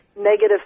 negative